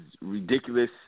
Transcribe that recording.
ridiculous –